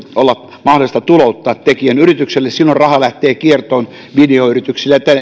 olla mahdollista tulouttaa tekijän yritykselle silloin raha lähtee kiertoon videoyrityksiltä